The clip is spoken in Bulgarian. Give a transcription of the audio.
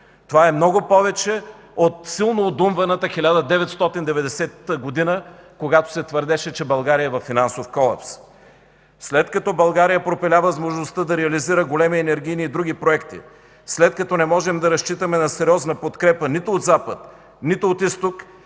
Това е много повече от силно одумваната 1990 г., когато се твърдеше, че България е във финансов колапс. След като България пропиля възможността да реализира големи енергийни и други проекти, след като не можем да разчитаме на сериозна подкрепа нито от Запад, нито от Изток,